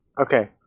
Okay